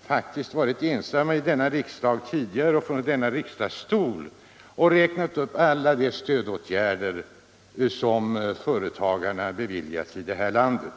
faktiskt har varit ensamma om att i denna riksdag och från denna talarstol räkna upp alla de stödåtgärder som företagarna beviljats i det här landet.